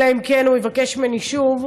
אלא אם כן הוא יבקש ממני שוב,